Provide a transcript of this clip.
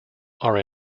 are